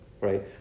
Right